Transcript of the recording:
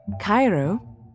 Cairo